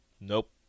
Nope